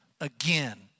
again